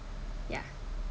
yeah